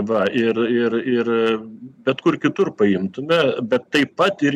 va ir ir ir bet kur kitur paimtume bet taip pat ir